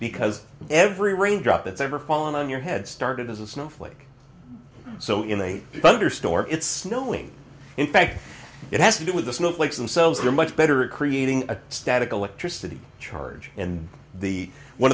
because every rain drop that's ever fallen on your head started as a snowflake so in a under store it's snowing in fact it has to do with the snowflakes themselves they're much better at creating a static electricity charge and the one